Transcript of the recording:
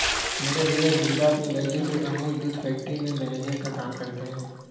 मेरे भैया गुजरात में लगी हुई अमूल दूध फैक्ट्री में मैनेजर का काम करते हैं